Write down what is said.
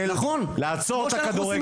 לעצור את הכדורגל,